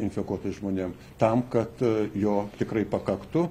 infekuotais žmonėm tam kad jo tikrai pakaktų